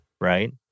Right